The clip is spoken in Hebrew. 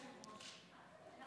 אנחנו